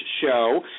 show